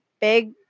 big